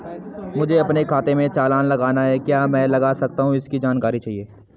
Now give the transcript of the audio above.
मुझे अपने खाते से चालान लगाना है क्या मैं लगा सकता हूँ इसकी जानकारी चाहिए?